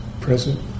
present